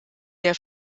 der